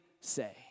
say